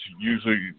usually